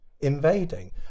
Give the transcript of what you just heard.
invading